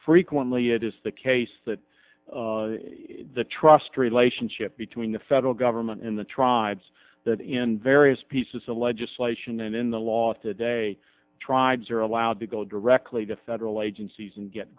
frequently it is the case that the trust relationship between the federal government in the tribes that and various pieces of legislation and in the last today tribes are allowed to go directly to federal agencies and get